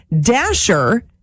Dasher